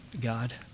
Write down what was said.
God